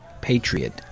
patriot